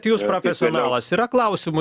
jūs profesionalas yra klausimų